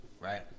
right